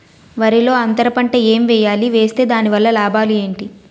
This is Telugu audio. వరిలో అంతర పంట ఎం వేయాలి? వేస్తే దాని వల్ల లాభాలు ఏంటి?